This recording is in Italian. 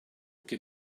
che